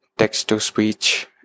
text-to-speech